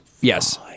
Yes